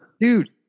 Dude